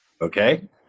Okay